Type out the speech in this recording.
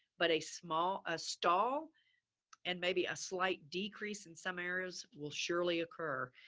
but a small, a stall and maybe a slight decrease in some areas will surely occur.